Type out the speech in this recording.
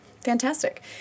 Fantastic